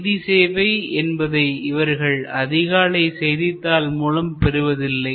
செய்தி சேவை என்பதை இவர்கள் அதிகாலை செய்தித்தாள் மூலம் பெறுவதில்லை